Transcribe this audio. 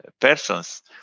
persons